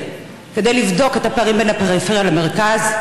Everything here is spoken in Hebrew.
כדי לבדוק את הפערים בין הפריפריה למרכז,